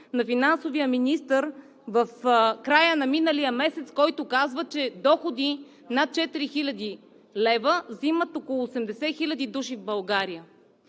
на финансовия министър в края на миналия месец, който казва, че доходи над 4000 лв. имат около 80 хиляди души в България.